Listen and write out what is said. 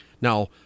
Now